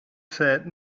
said